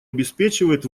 обеспечивает